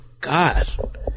God